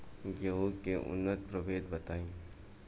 गेंहू के उन्नत प्रभेद बताई?